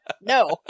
No